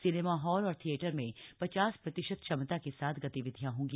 cinema hall और theatre में पचास प्रतिशत क्षमता के साथ गतिविधियां होंगी